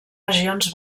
regions